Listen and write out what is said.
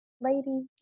lady